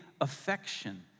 affection